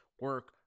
Work